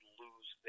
lose